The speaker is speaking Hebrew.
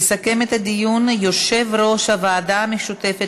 יסכם את הדיון יושב-ראש הוועדה המשותפת